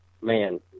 man